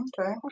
Okay